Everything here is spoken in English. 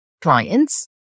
clients